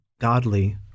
godly